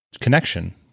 connection